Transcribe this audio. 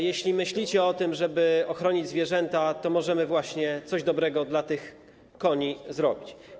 Jeśli myślicie o tym, żeby ochronić zwierzęta, to możemy właśnie coś dobrego dla tych koni zrobić.